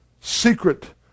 secret